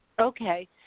Okay